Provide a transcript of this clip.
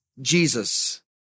Jesus